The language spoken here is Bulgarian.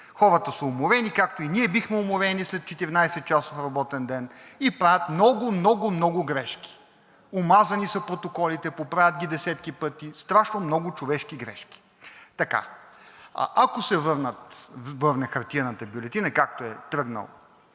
хората са уморени, както и ние бихме били уморени след четиринадесетчасов работен ден, и правят много, много, много грешки – омазани са протоколите, поправят ги десетки пъти. Страшно много човешки грешки. Ако се върне хартиената бюлетина, както е тръгнал